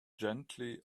gently